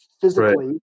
physically